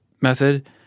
method